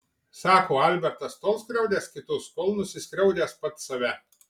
sako albertas tol skriaudęs kitus kol nusiskriaudęs pats save